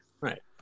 Right